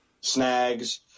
snags